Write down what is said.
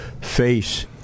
face